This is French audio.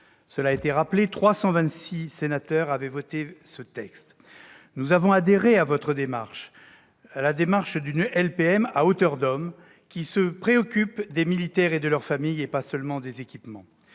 cela a été rappelé, 326 sénateurs ont voté ce texte. Nous avons adhéré à votre démarche d'une LPM « à hauteur d'hommes », qui se préoccupe des militaires et de leurs familles, et pas seulement des équipements.